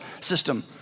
system